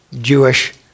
Jewish